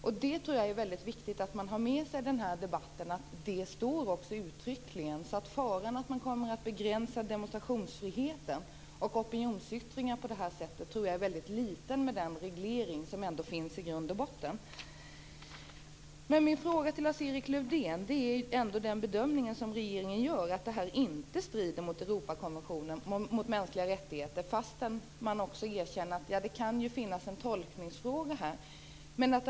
Jag tror att det är viktigt att man har med sig i debatten att det uttryckligen står detta. Faran att demonstrationsfriheten och opinionsyttringar kommer att begränsas tror jag är väldigt liten med den reglering som finns i grund och botten. Jag har en fråga till Lars-Erik Lövdén. Regeringen gör bedömningen att förslaget inte strider mot Eruopakonventionen om mänskliga rättigheter trots att man erkänner att det kan finnas en tolkningsfråga.